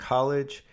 College